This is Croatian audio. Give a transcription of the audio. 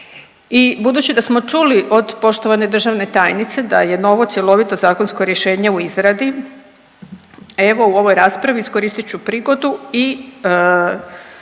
i budući da smo čuli od poštovane državne tajnice da je novo cjelovito zakonsko rješenje u izradi, evo u ovoj raspravi iskoristit ću prigodu i